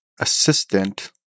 assistant